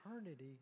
eternity